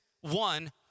One